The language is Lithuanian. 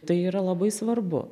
tai yra labai svarbu